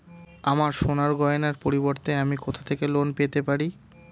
আমার সোনার গয়নার পরিবর্তে আমি কোথা থেকে লোন পেতে পারি?